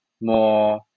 more